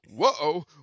Whoa